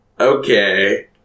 Okay